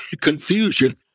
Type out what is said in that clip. Confusion